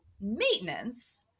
maintenance